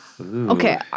Okay